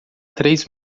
três